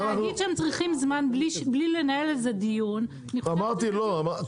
להגיד שהם צריכים זמן בלי לנהל על זה דיון -- אז את